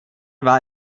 war